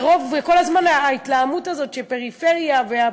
כל הזמן ההתלהמות הזאת שהפריפריה,